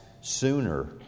sooner